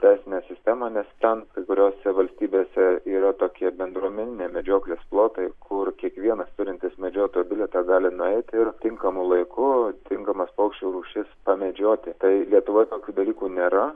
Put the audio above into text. teisinę sistemą nes ten kai kuriose valstybėse yra tokie bendruomeniniai medžioklės plotai kur kiekvienas turintis medžiotojo bilietą gali nueiti ir tinkamu laiku tinkamas paukščių rūšis pamedžioti tai lietuvoje tokių dalykų nėra